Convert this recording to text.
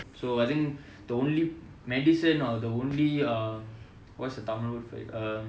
so I think the only medicine or the only uh what's the tamil for it